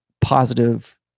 positive